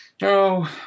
No